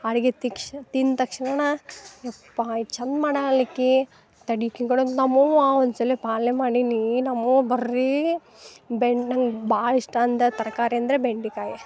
ಅಡಿಗೆ ತಿಕ್ಷ ತಿಂದು ತಕ್ಷಣ ಯಪ್ಪಾ ಚಂದ ಮಾಡಾಳ ಈಕಿ ತಡಿ ಕೆಕೊಂಡಂತ ನಮ್ಮವ್ವ ಒಂದ್ಸಲಿ ಪಾಲ್ಯ ಮಾಡೀನಿ ನಮ್ಮವ್ವ ಬರ್ರೀ ಬೆಣ್ ನಂಗೆ ಭಾಳ ಇಷ್ಟಾಂದ ತರ್ಕಾರಿ ಅಂದರೆ ಬೆಂಡಿಕಾಯಿ